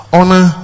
Honor